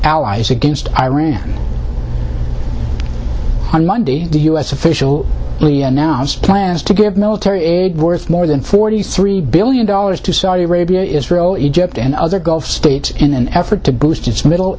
allies against iran one monday the us official only announced plans to give military aid worth more than forty three billion dollars to saudi arabia israel egypt and other gulf states in an effort to boost its middle